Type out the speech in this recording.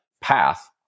path